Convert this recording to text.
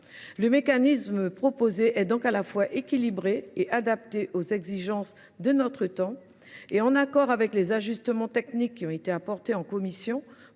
Le mécanisme proposé est donc à la fois équilibré et adapté aux exigences de notre temps. Les ajustements techniques qui ont été apportés en commission